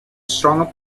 stronger